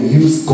use